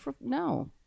No